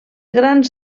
grans